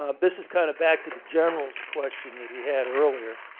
ah this is kind of back to the general's question that we had earlier.